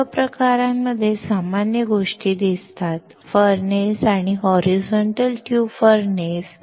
सर्व प्रकरणांमध्ये सामान्य गोष्टी दिसतात फर्नेस आणि होरिझोंट्ल ट्यूब फर्नेस